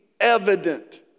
evident